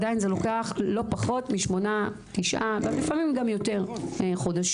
עדיין זה לוקח לא פחות משמונה-תשעה לפעמים גם יותר חודשים.